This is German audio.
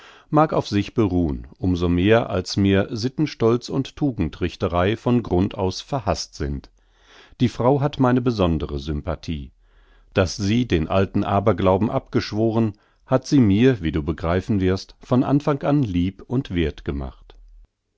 mag auf sich beruhn um so mehr als mir sittenstolz und tugendrichterei von grund aus verhaßt sind die frau hat meine besondere sympathie daß sie den alten aberglauben abgeschworen hat sie mir wie du begreifen wirst von anfang an lieb und werth gemacht